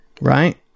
right